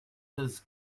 has